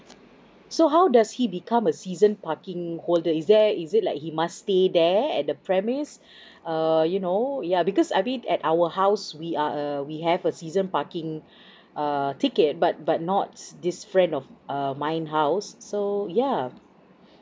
so how does he become a season parking holder is there is it like he must stay there at the premise err you know yeah because I mean at our house we are a we have a season parking err ticket but but not this friend of err mine house so yeah